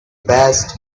passed